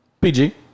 pg